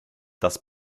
das